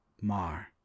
Mar